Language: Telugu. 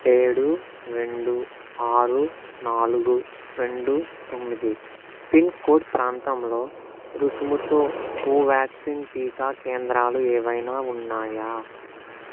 ఏడు రెండు ఆరు నాలుగు రెండు తొమ్మిది పిన్కోడ్ ప్రాంతంలో రుసుముతో కోవ్యాక్సిన్ టీకా కేంద్రాలు ఏవైనా ఉన్నాయా